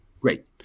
Great